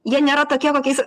jie nėra tokie kokiais